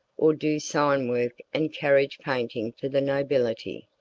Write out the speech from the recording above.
or do sign-work and carriage painting for the nobility.